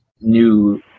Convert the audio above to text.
new